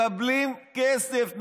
מקבלים כסף.